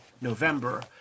november